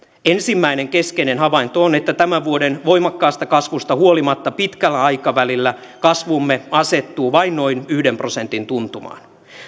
ensimmäinen keskeinen havainto on että tämän vuoden voimakkaasta kasvusta huolimatta pitkällä aikavälillä kasvumme asettuu vain noin yhden prosentin tuntumaan